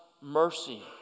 mercy